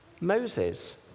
Moses